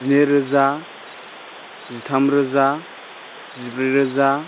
जिनै रोजा जिथाम रोजा जिब्रै रोजा